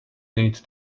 need